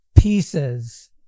pieces